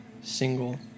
single